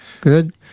good